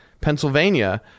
Pennsylvania